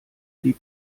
die